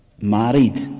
married